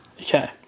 Okay